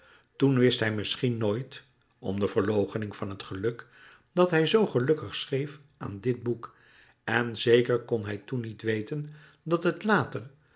toen wist hij misschien nooit om de verloochening van het geluk dat hij zo gelukkig schreef aan dit boek en zéker kon hij toen niet weten dat het later